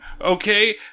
Okay